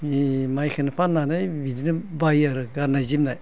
बे माइखौनो फाननानै बिदिनो बायो आरो गाननाय जोमनाय